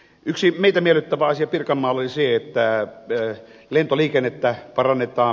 yksi meitä miellyttävä asia pirkanmaalla oli se että lentoliikennettä parannetaan